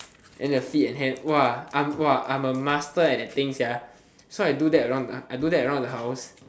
then the feet and hand !wah! I'm !wah! I'm a master at that thing so I do that around I do that around the house